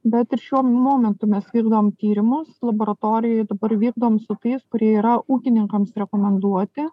bet ir šiuo momentu mes vykdom tyrimus laboratorijoj dabar vykdom su tais kurie yra ūkininkams rekomenduoti